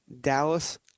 Dallas